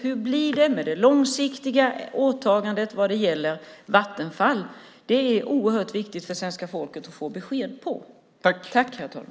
Hur blir det med det långsiktiga åtagandet vad gäller Vattenfall? Det är oerhört viktigt för svenska folket att få besked om det.